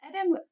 Adam